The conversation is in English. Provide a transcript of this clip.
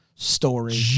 story